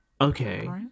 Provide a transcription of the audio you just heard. Okay